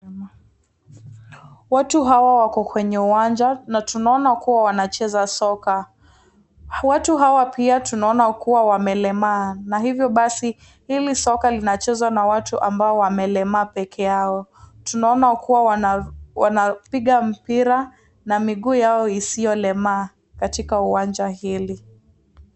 Watu hawa wako kwenye uwanja na tunaona kuwa wanacheza soka. Watu hawa pia tunaona kuwa wamelemaa na hivyo basi hili soka linachezwa na watu ambao wamelema pekeyao. Tunaona kuwa wanapiga mpira na miguu yao isiyolemaa katika uwanja hii.